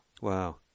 Wow